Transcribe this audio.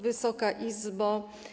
Wysoka Izbo!